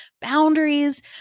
boundaries